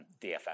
DFM